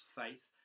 faith